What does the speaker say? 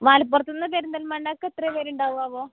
മലപ്പുറത്തുനിന്ന് പെരിന്തൽമണ്ണയ്ക്ക് എത്ര വരുന്നുണ്ടാവും ആവോ